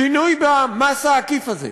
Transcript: שינוי במס העקיף הזה,